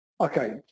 Okay